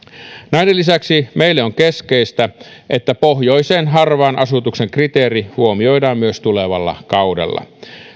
näiden lisäksi meille on keskeistä että pohjoisen harvan asutuksen kriteeri huomioidaan myös tulevalla kaudella